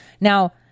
Now